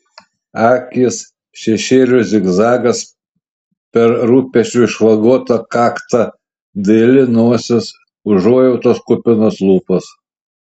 akys šešėlių zigzagas per rūpesčių išvagotą kaktą daili nosis užuojautos kupinos lūpos